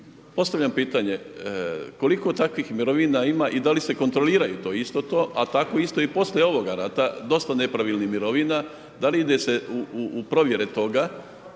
postavljam pitanje koliko takvih mirovina ima i da li se kontroliraju, to isto to a tako isto i poslije ovoga rata dosta nepravilnih mirovina, da li ide se u provjere toga